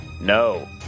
No